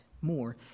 more